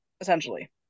essentially